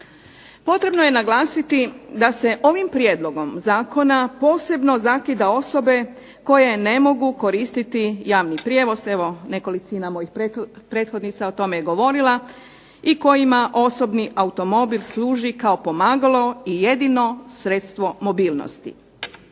Potrebno je naglasiti da se ovim prijedlogom zakona posebno zakida osobe koje ne mogu koristiti javni prijevoz. Evo nekolicina mojih prethodnica o tome je govorila i kojima osobni automobil služi kao pomagalo i jedino sredstvo mobilnosti.